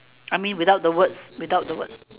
I mean without the words without the word